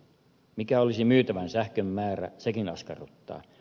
mikä olisi myytävän sähkön määrä sekin askarruttaa